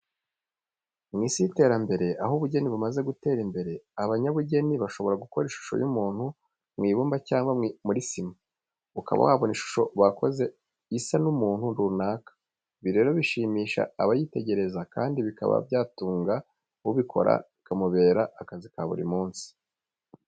Mu Isi y'iterambere aho ubugeni bumaze gutera imbere, abanyabugeni bashobora gukora ishusho y'umuntu mu ibumba cyangwa muri sima, ukaba wabona ishusho bakoze isa n'umuntu runaka. Ibi rero bishimisha abayitegereza kandi bikaba byatunga ubikora bikamubera akazi ka buri munsi.